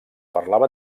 parlava